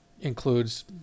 includes